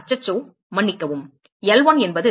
அச்சச்சோ மன்னிக்கவும் L1 என்பது r sin theta d phi